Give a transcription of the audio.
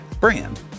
brand